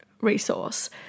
resource